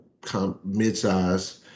midsize